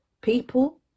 people